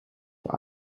voor